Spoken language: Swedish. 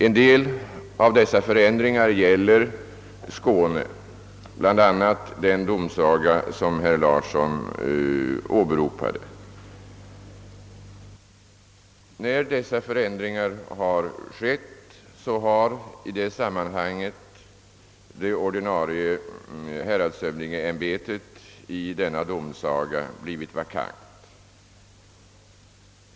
En del av dessa förändringar gäller Skåne, bl.a. den domsaga som herr Larsson i Borrby åberopade, och i det sammanhanget har det ordinarie häradshövdingeämbetet i denna domsaga blivit vakant.